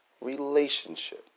relationship